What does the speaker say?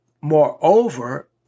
Moreover